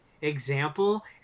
example